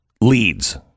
leads